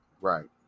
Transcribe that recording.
Right